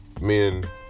men